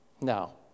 No